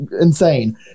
insane